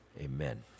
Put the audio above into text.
Amen